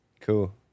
Cool